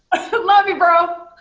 so love you bro!